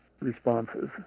responses